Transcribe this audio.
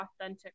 authentic